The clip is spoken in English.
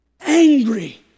angry